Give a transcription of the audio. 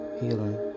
healing